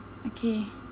okay